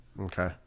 Okay